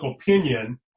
opinion